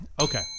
Okay